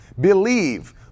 believe